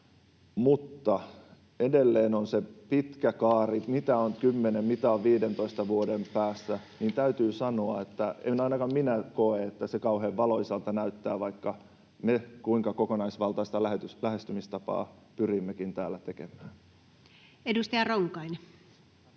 Mutta edelleen on se pitkä kaari: mitä on kymmenen, mitä on 15 vuoden päästä? Täytyy sanoa, että en ainakaan minä koe, että se kauhean valoisalta näyttää, vaikka me kuinka kokonaisvaltaista lähestymistapaa pyrimmekin täällä tekemään. [Speech